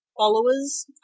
followers